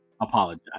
apologize